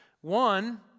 one